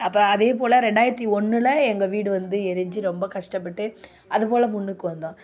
அப்போ அதே போல் ரெண்டாயிரத்தி ஒன்றில் எங்கள் வீடு வந்து எரிஞ்சு ரொம்ப கஷ்டப்பட்டு அதுபோல் முன்னுக்கு வந்தோம்